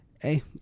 Hey